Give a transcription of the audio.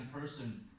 person